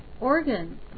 organ